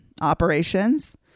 operations